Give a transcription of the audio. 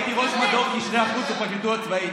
הייתי ראש מדור קשרי החוץ בפרקליטות הצבאית.